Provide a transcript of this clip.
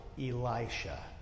Elisha